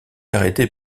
arrêté